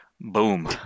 Boom